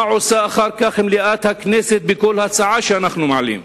מה עושה אחר כך מליאת הכנסת בכל הצעה שאנחנו מעלים?